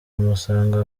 kumusanga